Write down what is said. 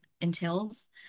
entails